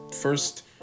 first